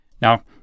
Now